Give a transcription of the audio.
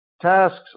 tasks